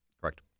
correct